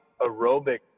aerobic